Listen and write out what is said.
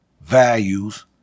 values